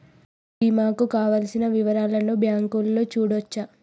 బీమా కు కావలసిన వివరాలను బ్యాంకులో చూడొచ్చా?